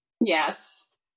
Yes